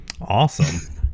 Awesome